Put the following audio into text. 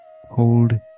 hold